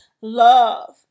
love